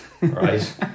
right